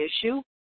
issue